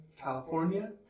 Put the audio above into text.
California